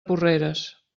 porreres